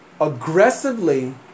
aggressively